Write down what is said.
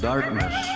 Darkness